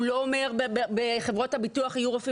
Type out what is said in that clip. הוא לא אומר שבחברות הביטוח יהיו רופאים